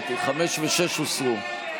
ההסתייגות (7)